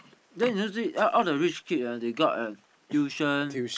then you never see all the rich kid ah they got a tuition